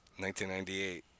1998